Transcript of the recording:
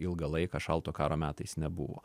ilgą laiką šalto karo metais nebuvo